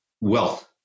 wealth